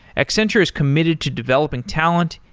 accenture is committed to developing talent,